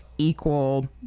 Equal